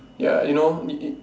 ya you know